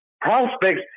prospects